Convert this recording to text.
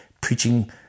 preaching